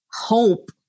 hope